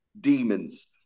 demons